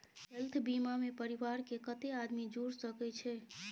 Health बीमा मे परिवार के कत्ते आदमी जुर सके छै?